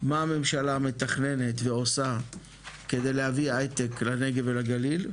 מה הממשלה מתכננת ועושה כדי להביא הייטק לנגב ולגליל,